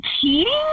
cheating